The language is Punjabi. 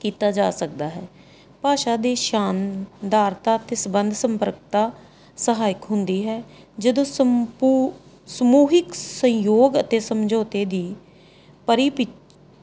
ਕੀਤਾ ਜਾ ਸਕਦਾ ਹੈ ਭਾਸ਼ਾ ਦੇ ਸ਼ਾਨਦਾਰਤਾ ਅਤੇ ਸੰਬੰਧ ਸੰਪਰਕਤਾ ਸਹਾਇਕ ਹੁੰਦੀ ਹੈ ਜਦੋਂ ਸੰਪੂ ਸਮੂਹਿਕ ਸੰਯੋਗ ਅਤੇ ਸਮਝੌਤੇ ਦੀ ਪਰੀਪੀ